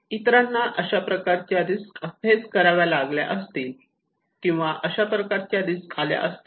इतरांना अशा प्रकारच्या रिस्क फेस कराव्या लागल्या असतील किंवा अशा प्रकारच्या रिस्क आल्या असतील